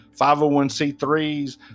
501c3s